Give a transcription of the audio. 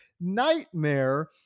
nightmare